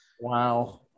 Wow